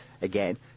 again